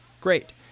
Great